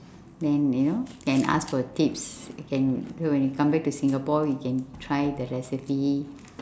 then you know can ask for tips can so when you come back to singapore you can try the recipe